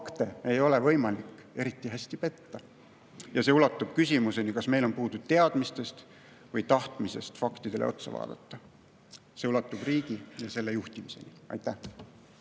Fakte ei ole võimalik eriti hästi petta. Ja see ulatub küsimuseni, kas meil on puudu teadmistest või tahtmisest faktidele otsa vaadata. See ulatub riigi ja selle juhtimiseni. Aitäh!